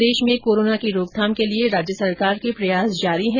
प्रदेश में कोरोना संकमण की रोकथाम के लिये राज्य सरकार के प्रयास जारी हैं